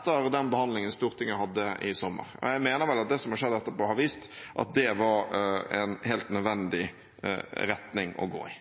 etter den behandlingen Stortinget hadde i sommer. Jeg mener at det som har skjedd etterpå, har vist at det var en helt nødvendig retning å gå i.